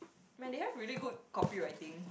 man they have really good copyrighting